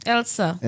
Elsa